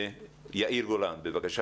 יאיר גולן, בבקשה.